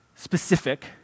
specific